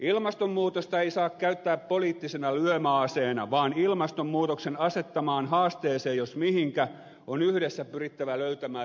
ilmastonmuutosta ei saa käyttää poliittisena lyömäaseena vaan ilmastonmuutoksen asettamaan haasteeseen jos mihinkä on yhdessä pyrittävä löytämään ratkaisut asialinjalla